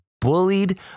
bullied